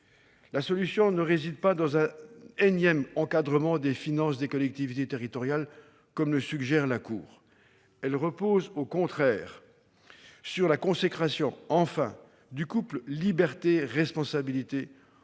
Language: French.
La solution ne réside pas dans un énième encadrement des finances des collectivités territoriales, comme le suggère la Cour. Elle repose au contraire sur la consécration- enfin ! -du couple libertés-responsabilités,